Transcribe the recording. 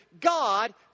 God